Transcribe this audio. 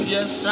Yes